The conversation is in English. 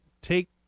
Take